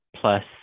plus